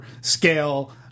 scale